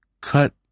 cut